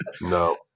no